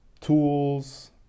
tools